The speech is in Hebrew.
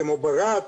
כמו ברהט,